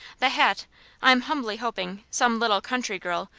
the hat i am humbly hoping some little country girl,